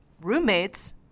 roommates